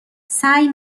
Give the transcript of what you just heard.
سعی